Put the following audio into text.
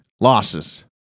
losses